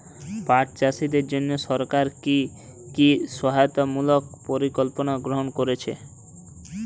পাট চাষীদের জন্য সরকার কি কি সহায়তামূলক পরিকল্পনা গ্রহণ করেছে?